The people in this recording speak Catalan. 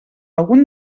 algun